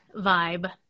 vibe